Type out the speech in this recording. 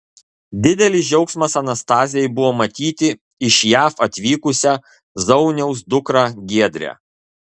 didelis džiaugsmas anastazijai buvo matyti iš jav atvykusią zauniaus dukrą giedrę